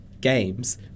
Games